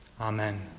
Amen